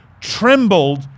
trembled